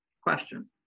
question